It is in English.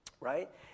right